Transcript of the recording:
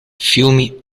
fiumi